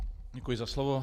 Děkuji za slovo.